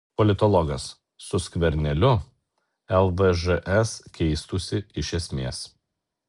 politologas su skverneliu lvžs keistųsi iš esmės